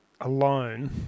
alone